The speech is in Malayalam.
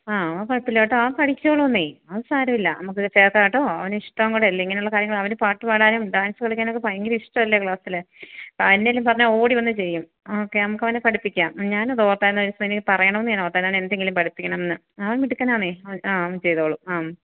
ആ അത് കുഴപ്പം ഇല്ല കേട്ടോ അവൻ പഠിച്ചോളും അത് സാരമില്ല നമുക്ക് ചേർക്കാം കേട്ടോ അവന് ഇഷ്ടമുള്ള ഇങ്ങനെ ഉള്ള കാര്യങ്ങൾ അവൻ പാട്ട് പാടാനും ഡാൻസ് കളിക്കാനും ഒക്കെ ഭയങ്കര ഇഷ്ടമല്ലെ ക്ലാസിൽ ആ എന്തേലും പറഞ്ഞാൽ ഓടി വന്ന് ചെയ്യും ഓക്കെ നമുക്കവനെ പഠിപ്പിക്കാം ഞാൻ അത് ഓർത്തായിരുന്നു പറയണമെന്ന് ഞാൻ ഓർത്തായിരുന്നു അവനെ എന്തെങ്കിലും പഠിപ്പിക്കണം എന്ന് അവൻ മിടുക്കനാണ് ആ അവൻ ചെയ്തോളും ആം